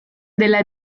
della